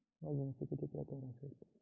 वजनाचे किती प्रकार आसत?